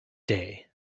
day